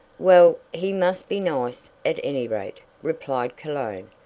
well, he must be nice, at any rate, replied cologne,